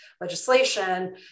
legislation